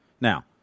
Now